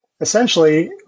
essentially